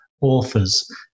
Authors